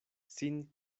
sin